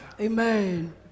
Amen